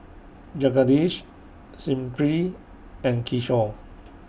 Jagadish Smriti and Kishore